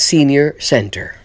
senior center